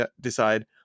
decide